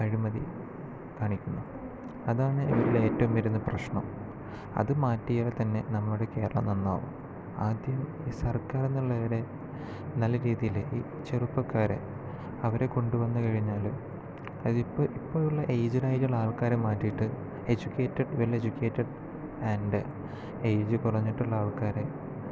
അഴിമതി കാണിക്കുന്നു അതാണ് ഇവരിലെ ഏറ്റവും വരുന്ന പ്രശ്നം അതു മാറ്റിയാൽ തന്നെ നമ്മുടെ കേരളം നന്നാകും ആദ്യം ഈ സർക്കാരിൽ നിന്നുള്ളവരെ നല്ല രീതിയിൽ ഈ ചെറുപ്പക്കാരെ അവരെ കൊണ്ടുവന്നു കഴിഞ്ഞാൽ അതിപ്പോൾ ഇപ്പോഴുഉള്ള ഏജ്ഡ് ആയിട്ടുള്ള ആൾക്കാരെ മാറ്റിയിട്ട് educated well educated and age കുറഞ്ഞിട്ടുള്ള ആൾക്കാരെ